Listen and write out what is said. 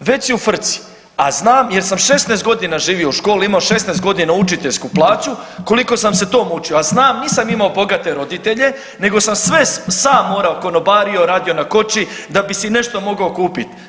već si u frci a znam jer sam 16 godina živio u školi, imao 16 godina učiteljsku plaću koliko sam se to mučio, a znam nisam imao bogate roditelje, nego sam sve sam morao konobario, radio na koči da bi si nešto mogao kupiti.